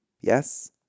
Yes